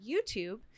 YouTube